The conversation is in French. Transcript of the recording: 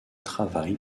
travail